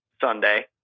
Sunday